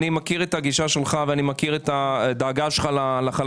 אני מכיר את הגישה שלך ואת הדאגה שלך לחלשים,